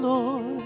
Lord